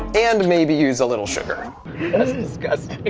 and maybe use a little sugar that's disgusting!